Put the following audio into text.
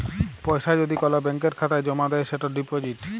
পয়সা যদি কল ব্যাংকের খাতায় জ্যমা দেয় সেটা ডিপজিট